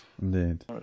indeed